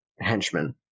henchman